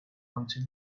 until